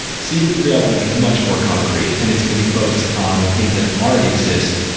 season three, i want to be much more concrete, and it's going to be focused on things that already exist,